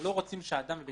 אנחנו